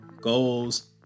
goals